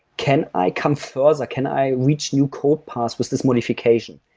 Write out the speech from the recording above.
can i come further? can i reach new code pass with this modification?